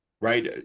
Right